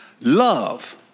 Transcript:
Love